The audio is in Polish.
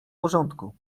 porządku